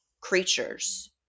creatures